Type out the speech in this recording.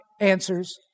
answers